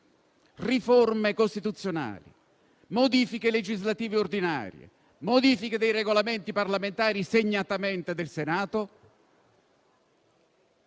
riforme costituzionali, modifiche legislative ordinarie, modifiche dei Regolamenti parlamentari, segnatamente del Senato,